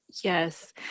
Yes